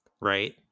right